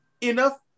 enough